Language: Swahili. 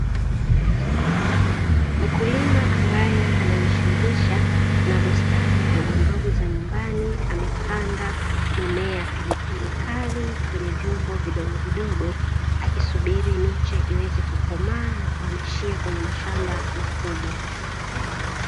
Mkulima ambaye anajishughulisha na bustani ndogondogo za nyumbani amepanda mimea ya pilipili, ndani kwenye vyombo vidogovidogo akisubiri miche iweze kukomaa na kuamishia kwenye mashamba makubwa.